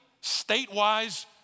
state-wise